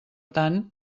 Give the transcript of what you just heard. tant